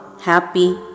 happy